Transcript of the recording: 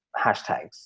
hashtags